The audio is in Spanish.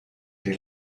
sri